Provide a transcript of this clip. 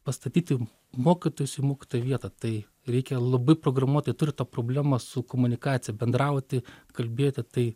pastatyti mokytojus į mokytojų vietą tai reikia labai programuoti turi tą problemą su komunikacija bendrauti kalbėti tai